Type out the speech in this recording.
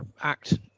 act